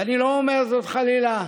ואני לא אומר זאת, חלילה,